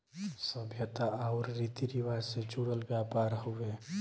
सभ्यता आउर रीती रिवाज से जुड़ल व्यापार हउवे